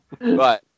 Right